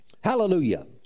Hallelujah